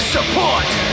Support